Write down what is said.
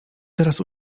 teraz